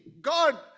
god